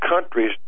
countries